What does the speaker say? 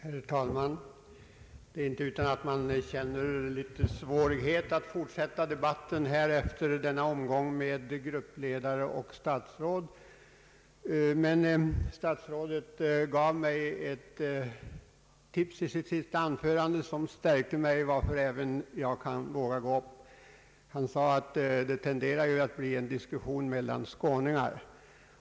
Herr talman! Det är inte utan att man känner det svårt att fortsätta debatten efter denna omgång med gruppledare och statsråd. Men statsrådet gav mig ett tips i sitt senaste anförande vilket stärkte mig, och även jag vågade därför gå upp. Han sade att det tenderar att bli en diskussion mellan skåningar.